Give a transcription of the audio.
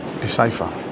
decipher